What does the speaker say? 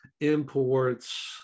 imports